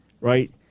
right